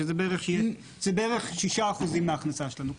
שזה בערך 6% מההכנסה שלנו.